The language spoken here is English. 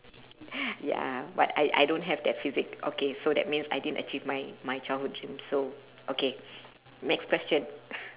ya but I I don't have that physique okay so that means I didn't achieve my my childhood dream so okay next question